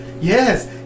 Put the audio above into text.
Yes